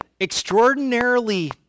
extraordinarily